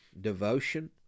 devotion